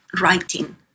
writing